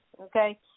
Okay